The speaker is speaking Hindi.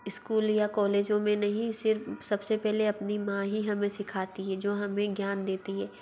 इस्कूल या कॉलेजों में नहीं सिर्फ़ सब से पहले अपनी माँ ही हमें सिखाती है जो हमें ज्ञान देती है